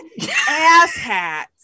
asshats